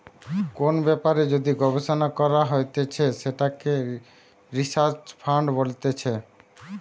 কোন ব্যাপারে যদি গবেষণা করা হতিছে সেটাকে রিসার্চ ফান্ড বলতিছে